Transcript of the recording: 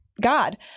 God